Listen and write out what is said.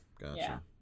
Gotcha